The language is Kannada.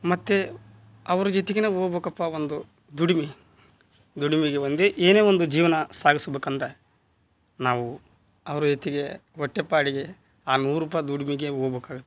ಮತ್ತೆ ಅವರ ಜೊತೆಗೆನೆ ಹೋಗ್ಬೇಕಪ್ಪ ಒಂದು ದುಡ್ಮೆ ದುಡ್ಮೆಗೆ ಒಂದೇ ಏನೇ ಒಂದು ಜೀವನ ಸಾಗಿಸ್ಬೇಕಂದ್ರೆ ನಾವು ಅವರ ಜೊತೆಗೆ ಹೊಟ್ಟೆ ಪಾಡಿಗೆ ಆ ನೂರು ರೂಪಾಯಿ ದುಡಿಮೆಗೆ ಹೋಗ್ಬೇಕಾಗುತ್ತೆ